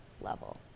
level